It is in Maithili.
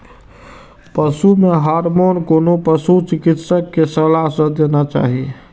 पशु मे हार्मोन कोनो पशु चिकित्सक के सलाह सं देना चाही